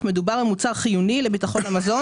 מדובר על מוצר חיוני לביטחון המזון